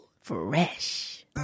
Fresh